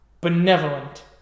benevolent